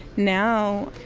now,